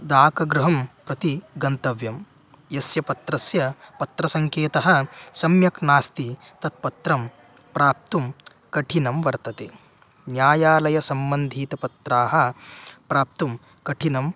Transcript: दाहगृहं प्रति गन्तव्यं यस्य पत्रस्य पत्रसङ्केतः सम्यक् नास्ति तत् पत्रं प्राप्तुं कठिनं वर्तते न्यायालयसम्बन्धितपत्राणि प्राप्तुं कठिनं